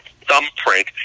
thumbprint